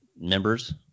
members